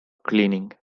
cleaning